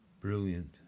Brilliant